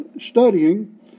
studying